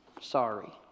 Sorry